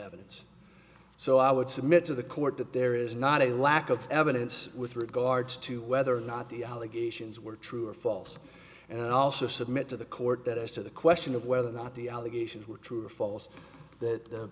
evidence so i would submit to the court that there is not a lack of evidence with regards to whether or not the allegations were true or false and also submit to the court as to the question of whether or not the allegations were true or false that